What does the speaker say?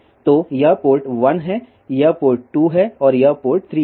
तो यह पोर्ट 1 है यह पोर्ट 2 है यह पोर्ट 3 है